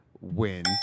win